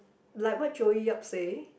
like what Joey-Yok say